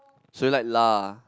so you like lah